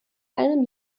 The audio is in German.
einem